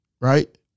right